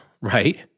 right